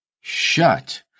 shut